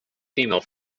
female